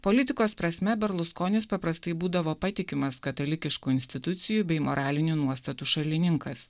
politikos prasme berluskonis paprastai būdavo patikimas katalikiškų institucijų bei moralinių nuostatų šalininkas